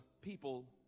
people